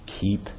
keep